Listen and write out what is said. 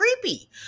creepy